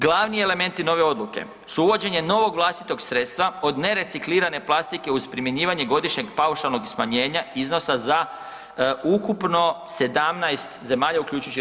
Glavni elementi nove odluke su uvođenje novog vlastitog sredstva od nereciklirane plastike uz primjenjivanje godišnjeg paušalnog smanjenja iznosa za ukupno 17 zemalja, uključujući RH.